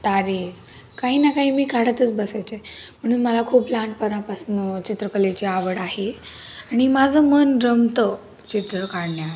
तारे काही ना काही मी काढतच बसायचे म्हणून मला खूप लहानपणापासून चित्रकलेची आवड आहे आणि माझं मन रमतं चित्र काढण्यात